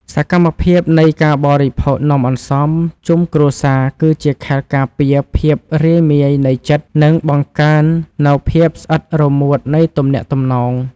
សកម្មភាពនៃការបរិភោគនំអន្សមជុំគ្រួសារគឺជាខែលការពារភាពរាយមាយនៃចិត្ត និង បង្កើននូវភាពស្អិតរមួតនៃទំនាក់ទំនង។